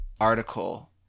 article